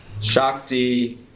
Shakti